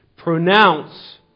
Pronounce